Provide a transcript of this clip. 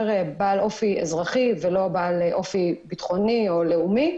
בעל אופי אזרחי ולא בעל אופי ביטחוני או לאומי.